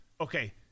okay